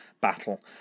battle